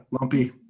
lumpy